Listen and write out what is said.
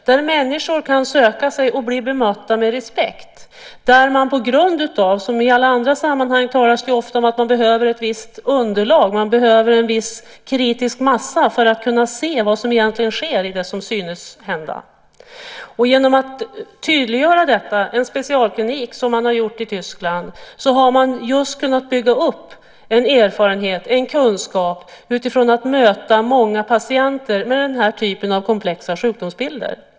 Dit kan människor söka sig och där kan människor bli bemötta med respekt. I alla andra sammanhang talas det ofta om att det behövs ett visst underlag, en viss kritisk massa, för att kunna se vad som egentligen sker i det som synes hända så att säga. Genom att tydliggöra detta med en specialklinik - som man gjort i Tyskland - har man just kunnat bygga upp en erfarenhet, en kunskap, utifrån mötet med många patienter som har den här typen av komplexa sjukdomsbilder.